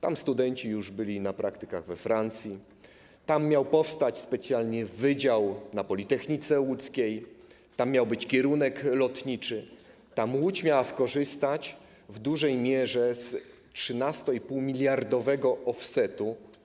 Tam studenci już byli na praktykach we Francji, tam miał powstać specjalny wydział na Politechnice Łódzkiej, tam miał być kierunek lotniczy, Łódź miała skorzystać w dużej mierze z 13,5-miliardowego offsetu.